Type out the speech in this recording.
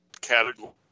category